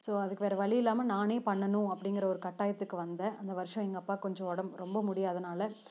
so அதுக்கு வேறே வழி இல்லாமல் நானே பண்ணனும் அப்படீங்கிற ஒரு கட்டாயத்துக்கு வந்தேன் அந்த வருடம் எங்கள் அப்பாக்கு கொஞ்சம் உடம்பு ரொம்ப முடியாதனால்